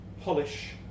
polish